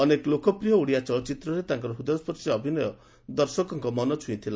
ଅନେକ ଲୋକପ୍ରିୟ ଓଡ଼ିଆ ଚଳଚିତ୍ରରେ ତାଙ୍କର ହୂଦୟସର୍ଶୀ ଅଭିନୟ ଦର୍ଶକଙ୍କ ମନ ଛୁଇଁଥିଲା